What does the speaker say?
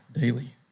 daily